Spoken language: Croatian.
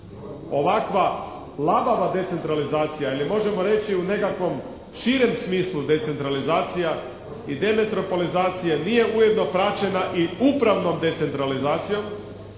ovakva labava decentralizacija ili možemo reći u nekakvom širem smislu decentralizacija i demetropolizacija nije ujedno praćena i upravnom decentralizacijom,